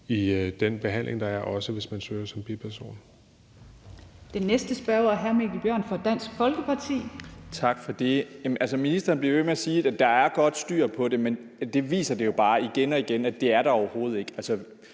i den behandling, der er, også hvis man søger som biperson.